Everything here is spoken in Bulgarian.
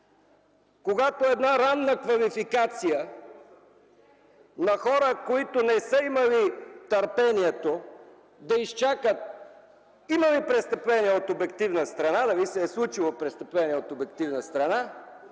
когато една ранна квалификация на хора, които не са имали търпението да изчакат – има ли престъпление от обективна страна, дали се е случило престъпление от обективна страна...